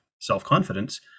self-confidence